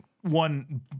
one